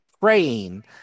praying